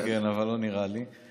כן, אבל לא נראה לי.